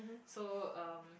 so um